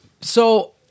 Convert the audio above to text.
So-